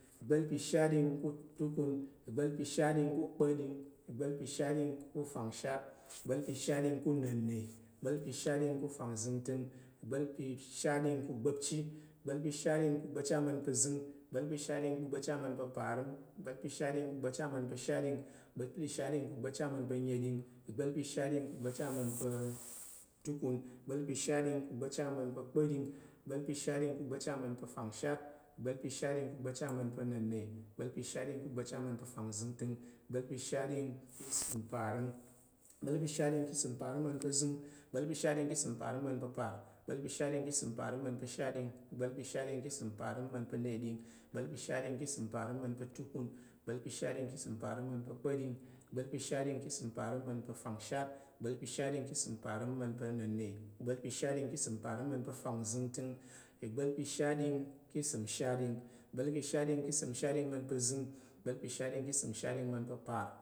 Ìgba̱l pa̱ ìshatɗing ka̱ tukun. ìgba̱l pa̱ ìshatɗing ka̱ kpa̱ɗing. ìgba̱l pa̱ ìshatɗing ka̱ fangshat. ìgba̱l pa̱ ìshatɗing ka̱ nənne. ìgba̱l pa̱ ìshatɗing ka̱ fangzəngtəng. ìgba̱l pa̱ ìshatɗing ka̱ ugba̱pchi. ìgba̱l pa̱ ìshatɗing ka̱ ugba̱pchi ama̱n pa̱ zəng. ìgba̱l pa̱ ìshatɗing ka̱ ugba̱pchi ama̱n pa̱ parəm. ìgba̱l pa̱ ìshatɗing ka̱ ugba̱pchi ama̱n pa̱ shatɗing. ìgba̱l pa̱ ìshatɗing ka̱ ugba̱pchi ama̱n pa̱ nəɗing. ìgba̱l pa̱ ìshatɗing ka̱ ugba̱pchi ama̱n pa̱ tukun ìgba̱l pa̱ ìshatɗing ka̱ ugba̱pchi ama̱n pa̱ kpa̱ɗing. ìgba̱l pa̱ ìshatɗing ka̱ ugba̱pchi ama̱n pa̱ fangshat. ìgba̱l pa̱ ìshatɗing ka̱ ugba̱pchi ama̱n pa̱ na̱nne. ìgba̱l pa̱ ìshatɗing ka̱ ugba̱pchi ama̱n pa̱ fangzəngtəng. ìgba̱l pa̱ ìshatɗing ka̱ ugba̱pchi ama̱n pa̱ fangzəngtəng parəm. ìgba̱l pa̱ ìshatɗing ka̱ ugba̱pchi ama̱n pa̱ fangzəngtəng ashatɗing. igbal pa̱ ka̱ səm parəm aman pa apar. ìgba̱l pa̱ ishatding ka̱ səm para̱m man pa̱ shatding. ìgbal pa̱ shatding ka̱ səm parəm aman pa̱ nedin. ìgbal pa̱ shatding ka̱ səm parəm aman pa̱ tukun. ìgbal pa̱ shatding ka̱ səm parəm aman pa̱ kpa̱ding. ìgbal pa̱ shatding ka̱ səm parəm aman pa̱ fangshat. igba̱l pa̱ shatding ka̱ səm parəm aman pa̱ nenne. igba̱l pa̱ shatding ka̱ səm parəm aman pa̱ fangzəngtəng. ìgbal pa̱ shatding ka̱ səm shatding ama̱n pa̱ shatding ka̱ səm parəm aman pa̱ zəng. ìgba̱l pa̱ ishatding ka̱ səm parəm aman pa̱ par.